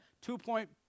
two-point